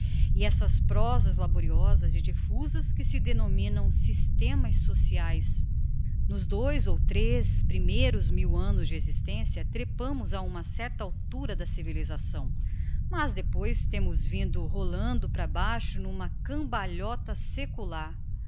e essas prosas laboriosas e difusas que se denominam systemas sociaes nos dois ou trez primeiros mil annos de existencia trepámos a uma certa altura de civilização mas depois temos vindo rolando para baixo n'uma cambalhota secular